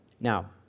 Now